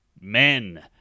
men